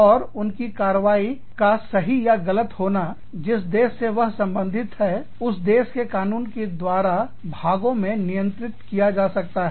और उनकी कार्यवाही का सही या गलत होना जिस देश से वह संबंधित हैं उस देश के कानून द्वारा भागों में नियंत्रित किया जा सकता है